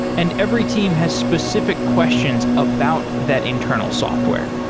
and every team has specific questions about that internal software.